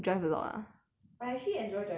I actually enjoy driving seriously